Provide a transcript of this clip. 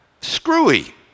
screwy